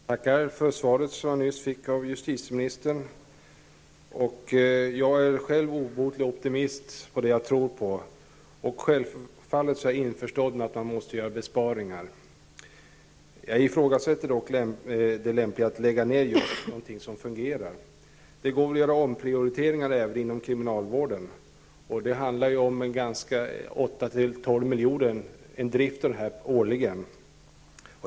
Fru talman! Jag tackar för svaret som jag nyss fick av justitieministern. Jag är själv obotlig optimist när det gäller det jag tror på. Självfallet är jag införstådd med att man måste göra besparingar. Jag ifrågasätter dock det lämpliga i att lägga ned någonting som fungerar. Det går väl att göra omprioriteringar även inom kriminalvården. Det handlar om 8--12 miljoner i driftskostnader årligen.